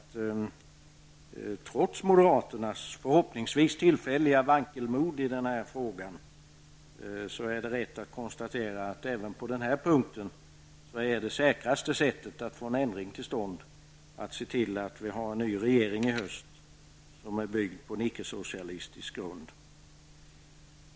Trots moderaternas förhoppningsvis tillfälliga vankelmod i den här frågan tror jag mig kunna konstatera att det säkraste sättet att få till stånd en ändring på denna punkt är att se till att vi har en ny regering i höst, en regering uppbyggd på icke-socialistisk grund.